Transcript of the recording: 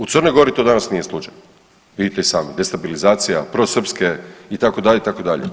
U Crnoj Gori to danas nije slučaj, vidite i sami, destabilizacija prosrpske itd. itd.